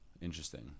Interesting